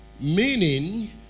Meaning